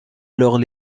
alors